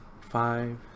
five